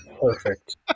Perfect